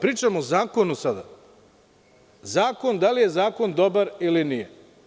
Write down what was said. Pričamo o zakonu sada, da li je zakon dobar ili nije.